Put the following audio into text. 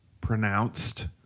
pronounced